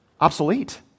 Obsolete